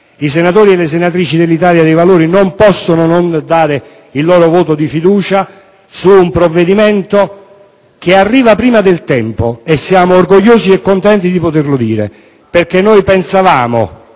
i senatori e le senatrici dell'Italia dei Valori non possono non dare il loro voto di fiducia su un provvedimento che arriva prima del tempo e siamo orgogliosi e contenti di poterlo affermare. Quando